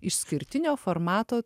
išskirtinio formato